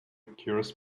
cures